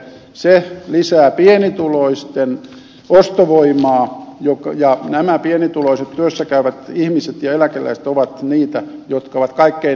se lisää pienituloisten ostovoimaa ja nämä pienituloiset työssä käyvät ihmiset ja eläkeläiset ovat niitä jotka ovat kaikkein ahtaimmalla